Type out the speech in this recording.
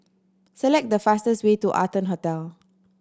select the fastest way to Arton Hotel